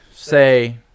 Say